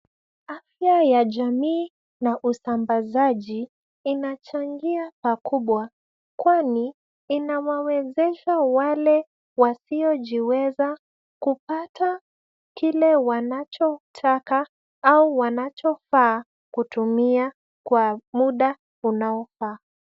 Afya ya jamii na usambazaji inachangia pakubwa, kwani inawezesha wale wasiojiweza kupata kile wanachotaka au wanachofaa kutumia kwa muda unaofaa.